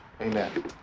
Amen